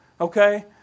Okay